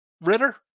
Ritter